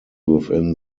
within